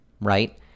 right